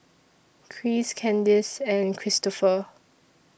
Christ Kandace and Cristofer